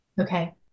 Okay